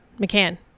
McCann